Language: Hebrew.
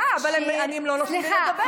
סליחה, אבל הם לא נותנים לי לדבר.